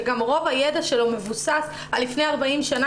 שגם רוב הידע שלו מבוסס על לפני 40 שנה,